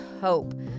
hope